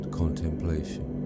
contemplation